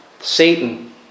Satan